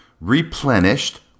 replenished